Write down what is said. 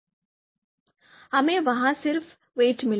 हमें वहां सिर्फ वेट मिला